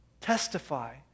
testify